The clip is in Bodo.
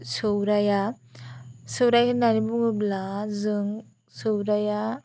सौराया सौराय होननानै बुङोब्ला जों सौराया